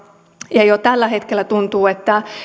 ja jo tällä hetkellä tuntuu että